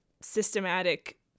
systematic